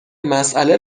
مساله